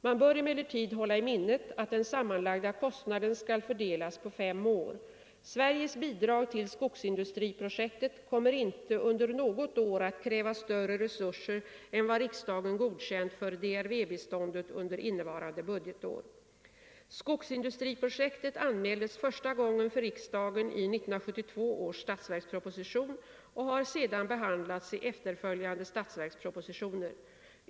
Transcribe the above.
Man bör emellertid hålla i minnet att den sammanlagda kostnaden skall fördelas på fem år. Sveriges bidrag till skogsindustriprojektet kommer inte under något år att kräva större resurser än vad riksdagen godkänt för DRV-biståndet under innevarande budgetår. Skogsindustriprojektet anmäldes första gången för riksdagen i 1972 års statsverksproposition och har sedan behandlats i efterföljande statsverkspropositioner.